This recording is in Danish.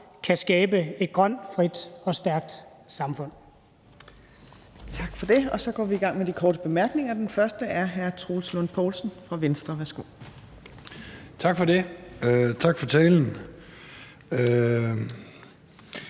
kan skabe et grønt, frit og stærkt samfund.